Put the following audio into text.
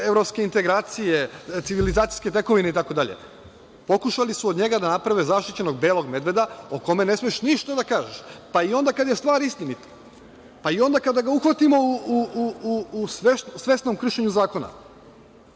evropske integracije, civilizacijske tekovine i tako dalje. Pokušali su od njega da naprave zaštićenog belog medveda o kome ne smeš ništa da kažeš, pa ni onda kada je stvar istinita, pa ni onda kada ga uhvatimo u svesnom kršenju zakona.